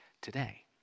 today